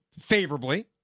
favorably